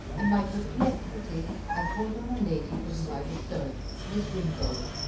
in my perplexity i called on a lady for whom i was sewing, miss ringold,